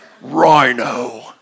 rhino